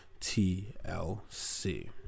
TLC